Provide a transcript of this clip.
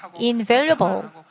invaluable